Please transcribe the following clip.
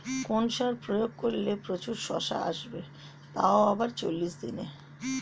কোন সার প্রয়োগ করলে প্রচুর শশা আসবে তাও আবার চল্লিশ দিনে?